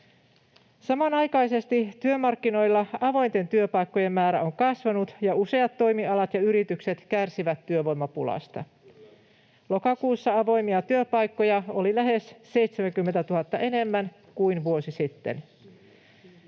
Samanaikaisesti työmarkkinoilla avointen työpaikkojen määrä on kasvanut ja useat toimialat ja yritykset kärsivät työvoimapulasta. Lokakuussa avoimia työpaikkoja oli lähes 70 000 enemmän kuin vuosi sitten.